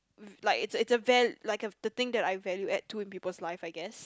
um like is a is a val~ like a the thing that I value add to in people's life I guess